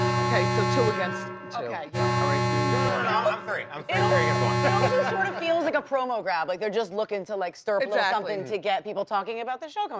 okay, so two against two, like yeah all right it's me and but and um i'm three! um and three against one. it also sort of feels like a promo grab, like they're just looking to like stir up little yeah something to get people talking about the show.